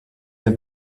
have